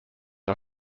are